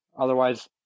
Otherwise